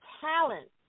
talent